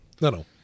No